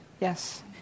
Yes